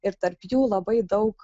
ir tarp jų labai daug